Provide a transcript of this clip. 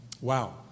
Wow